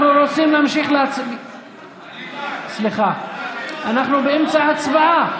אנחנו רוצים להמשיך, סליחה, אנחנו באמצע הצבעה.